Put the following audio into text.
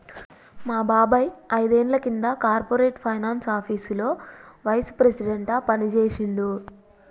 మా బాబాయ్ ఐదేండ్ల కింద కార్పొరేట్ ఫైనాన్స్ ఆపీసులో వైస్ ప్రెసిడెంట్గా పనిజేశిండు